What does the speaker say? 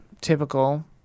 Typical